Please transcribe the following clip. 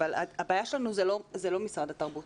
אבל הבעיה שלנו היא לא משרד התרבות.